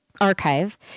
Archive